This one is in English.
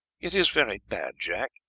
it is very bad, jack.